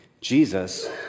Jesus